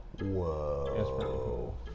Whoa